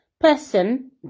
person